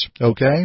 okay